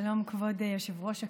שלום, כבוד יושב-ראש הכנסת,